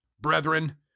brethren